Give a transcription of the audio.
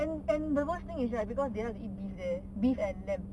and and the worst thing is like because they like to eat beef there beef and lamb